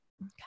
Okay